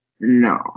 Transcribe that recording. No